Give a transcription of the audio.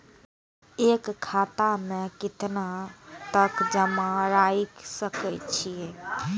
एक खाता में केतना तक जमा राईख सके छिए?